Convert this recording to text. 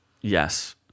Yes